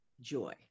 joy